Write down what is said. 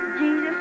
Jesus